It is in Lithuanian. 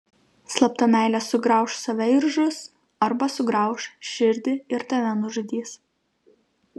slapta meilė sugrauš save ir žus arba sugrauš širdį ir tave nužudys